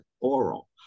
oral